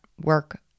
work